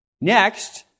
Next